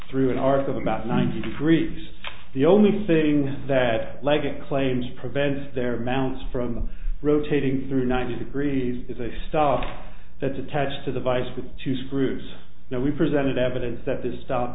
through an arc of about ninety degrees the only thing that leggett claims prevents their amounts from rotating through ninety degrees is a stuff that's attached to the vice with two screws now we presented evidence that this st